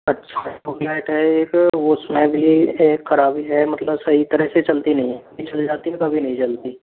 अच्छा ट्यूबलाइट है एक उसमें भी एक खराबी है मतलब सही तरह से चलती नहीं है कभी जल जाती है कभी नहीं जलती